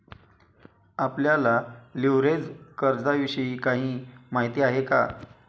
आपल्याला लिव्हरेज कर्जाविषयी काही माहिती आहे का?